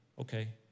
okay